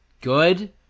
good